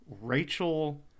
Rachel